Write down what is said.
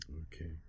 Okay